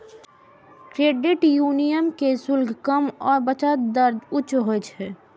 credit union के शुल्क कम आ बचत दर उच्च होइ छै